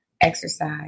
exercise